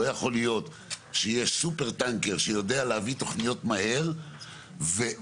לא יכול להיות שיש סופרטנקר שיודע להביא תוכניות מהר וטוב